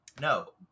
No